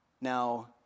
Now